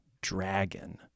dragon